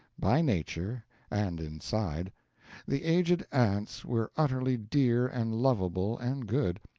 by nature and inside the aged aunts were utterly dear and lovable and good,